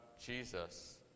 Jesus